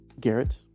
Garrett